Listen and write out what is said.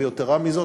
ויתרה מזאת,